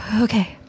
Okay